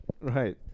Right